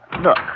look